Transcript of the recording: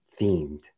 themed